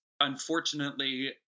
unfortunately